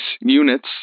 units